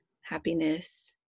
happiness